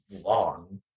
long